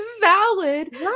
valid